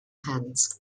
hands